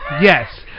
Yes